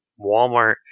walmart